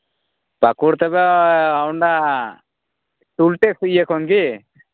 ᱯᱟᱸᱠᱩᱲ ᱛᱮᱫᱚ ᱚᱱᱟ ᱩᱞᱴᱟᱹ ᱤᱭᱟᱹ ᱠᱷᱚᱱ ᱜᱮ